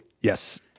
Yes